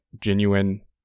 genuine